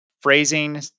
phrasing